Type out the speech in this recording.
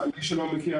למי שלא מכיר,